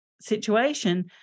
situation